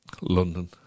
London